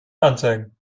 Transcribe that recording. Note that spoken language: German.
anzeigen